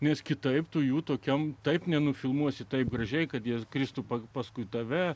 nes kitaip tu jų tokiam taip nenufilmuosi taip gražiai kad jie kristupas paskui tave